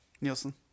Nielsen